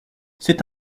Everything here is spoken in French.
c’est